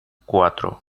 cuatro